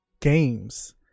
games